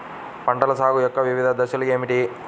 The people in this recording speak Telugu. పంటల సాగు యొక్క వివిధ దశలు ఏమిటి?